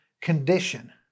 condition